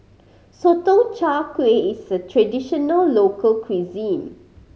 Sotong Char Kway is a traditional local cuisine